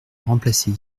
remplacer